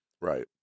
Right